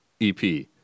EP